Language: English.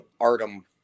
artem